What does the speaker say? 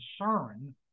concern